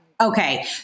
Okay